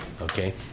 okay